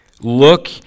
Look